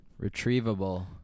retrievable